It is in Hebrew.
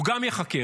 הוא גם ייחקר.